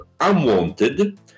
Unwanted